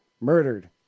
murdered